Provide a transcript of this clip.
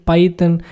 Python